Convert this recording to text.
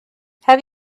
have